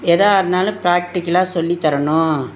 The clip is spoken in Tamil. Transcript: எதாக இருந்தாலும் ப்ராக்டிகலாக சொல்லித் தரணும்